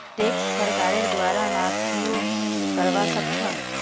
tax सरकारेर द्वारे माफियो करवा सख छ